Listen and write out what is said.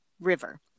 river